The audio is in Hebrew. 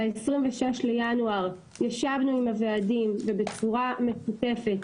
ב-26 בינואר ישבנו עם הוועדים ובצורה משותפת